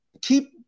keep